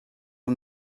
yng